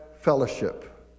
fellowship